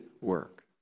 work